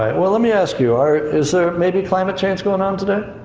um well let me ask you, are, is there maybe climate change going on today?